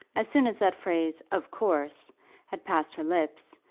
as soon as that phrase of course had passed her lips,